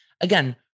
Again